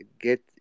get